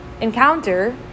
encounter